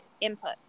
input